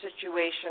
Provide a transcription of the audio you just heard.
situation